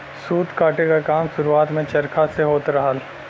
सूत काते क काम शुरुआत में चरखा से होत रहल